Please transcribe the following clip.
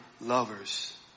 lovers